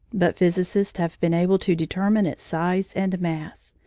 but physicists have been able to determine its size and mass,